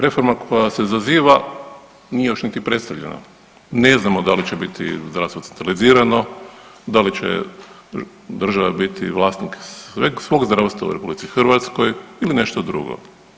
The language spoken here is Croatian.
Reforma koja se zaziva nije još niti predstavljena, ne znamo da li će biti zdravstvo centralizirano, da li će država biti vlasnik sveg svog zdravstva u RH ili nešto drugo.